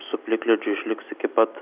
su plikledžiu išliks iki pat